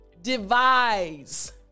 Devise